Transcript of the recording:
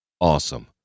Awesome